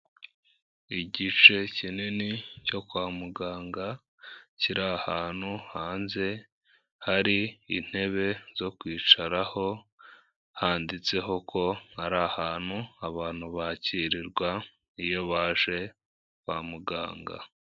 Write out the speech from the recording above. Igice kinini cyo kwa muganga kiri ahantu hanze, hari intebe zo kwicaraho, handitseho ko ari ahantu abantu bakirirwa iyo baje kwa muganga.